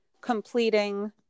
completing